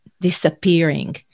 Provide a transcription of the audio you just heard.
disappearing